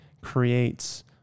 creates